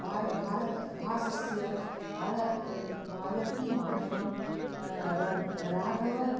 भारः भारतं भासस्य मालतीमाधवं राघव